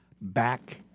back